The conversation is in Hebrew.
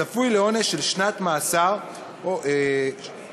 צפוי לעונש של שנת מאסר או קנס,